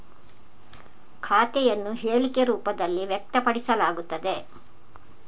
ಖಾತೆಯನ್ನು ಹೇಳಿಕೆ ರೂಪದಲ್ಲಿ ವ್ಯಕ್ತಪಡಿಸಲಾಗುತ್ತದೆ